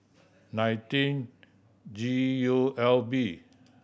nineteen G U L B